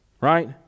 Right